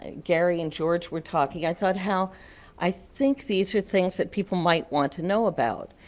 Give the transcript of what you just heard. ah gary and george were talking, i thought how i think these are things that people might want to know about.